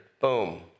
boom